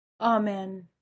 Amen